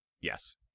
Yes